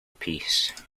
peace